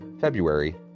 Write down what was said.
February